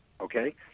okay